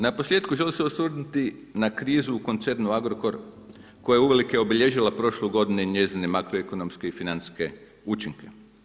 Naposljetku, želim se osvrnuti na krizu u koncernu Agrokor koja je uvelike obilježila prošle godine njezine makroekonomske učinke.